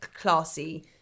classy